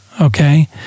okay